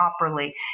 properly